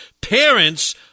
Parents